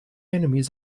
enemies